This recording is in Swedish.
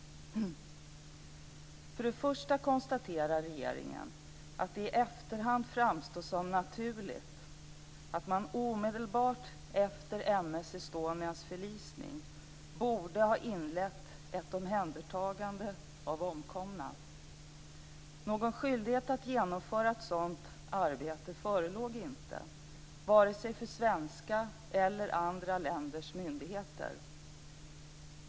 För det första konstaterar regeringen att det i efterhand framstår som naturligt att man omedelbart efter M/S Estonias förlisning borde ha inlett ett omhändertagande av omkomna. Någon skyldighet att genomföra ett sådant arbete förelåg inte, vare sig för svenska eller för andra länders myndigheter.